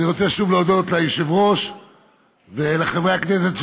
אני רוצה שוב להודות ליושב-ראש ולחברי הכנסת,